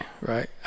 right